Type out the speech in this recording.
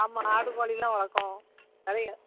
ஆமாம் ஆடு கோழியெலாம் வளர்க்குறோம் நிறைய